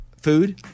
food